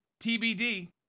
TBD